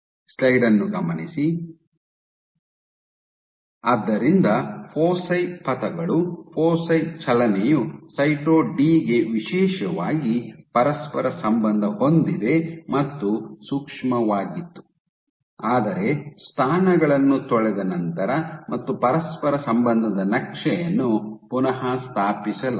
ಆದ್ದರಿಂದ ಫೋಸಿ ಪಥಗಳು ಫೋಸಿ ಚಲನೆಯು ಸೈಟೊ ಡಿ ಗೆ ವಿಶೇಷವಾಗಿ ಪರಸ್ಪರ ಸಂಬಂಧ ಹೊಂದಿದೆ ಮತ್ತು ಸೂಕ್ಷ್ಮವಾಗಿತ್ತು ಆದರೆ ಸ್ಥಾನಗಳನ್ನು ತೊಳೆದ ನಂತರ ಮತ್ತು ಪರಸ್ಪರ ಸಂಬಂಧದ ನಕ್ಷೆಯನ್ನು ಪುನಃ ಸ್ಥಾಪಿಸಲಾಗಿದೆ